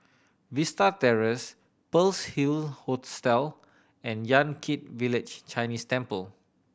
Vista Terrace Pearl's Hill Hostel and Yan Kit Village Chinese Temple